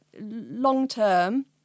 long-term